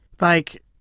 Like-